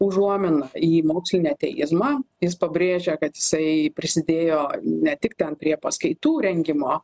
užuominą į mokslinį ateizmą jis pabrėžia kad jisai prisidėjo ne tik ten prie paskaitų rengimo